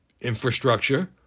infrastructure